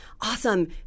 awesome